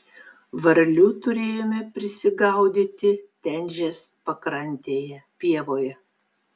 varlių turėjome prisigaudyti tenžės pakrantėje pievoje